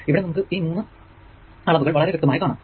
ഇവിടെ നമുക്ക് ഈ മൂന്നു അളവുകൾ വളരെ വ്യക്തമായി കാണാം